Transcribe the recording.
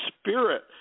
spirit